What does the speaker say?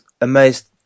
amazed